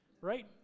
Right